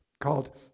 called